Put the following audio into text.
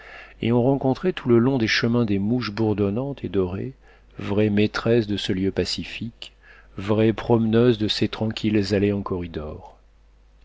et on rencontrait tout le long des chemins les mouches bourdonnantes et dorées vraies maîtresses de ce lieu pacifique vraies promeneuses de ces tranquilles allées en corridors